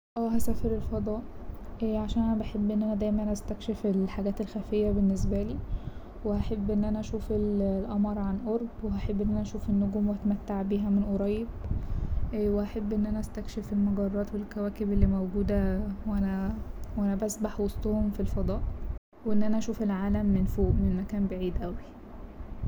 اه هسافر الفضاء، عشان أنا بحب إن أنا دايما استكشف الحاجات الخفية بالنسبالي وهحب إن انا أشوف القمر عن قرب وهحب إن أنا أشوف النجوم واتمتع بيها من قريب وهحب إن أنا استكشف المجرات والكواكب اللي موجودة وانا- وأنا بسبح وسطهم في الفضاء وإن أنا أشوف العالم من فوق من مكان بعيد أوي.